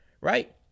right